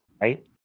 right